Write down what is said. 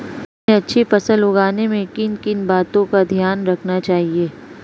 हमें अच्छी फसल उगाने में किन किन बातों का ध्यान रखना चाहिए?